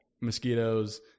mosquitoes